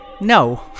No